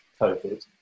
COVID